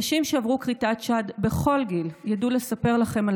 נשים שעברו כריתת שד בכל גיל ידעו לספר לכם על